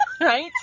right